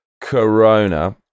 Corona